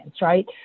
right